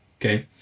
okay